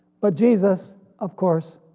but jesus of course